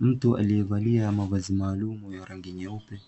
Mtu aliyevalia mavazi maalumu ya rangi nyeupe,